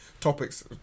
topics